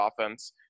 offense